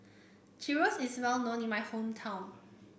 gyros is well known in my hometown